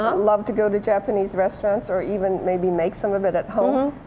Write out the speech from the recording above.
love to go to japanese restaurants, or even maybe make some of it at home.